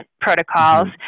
protocols